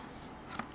ah